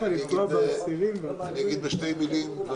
אגיד בשתי מלים,